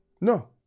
No